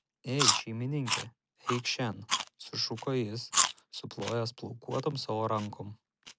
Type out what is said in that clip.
ei šeimininke eik šen sušuko jis suplojęs plaukuotom savo rankom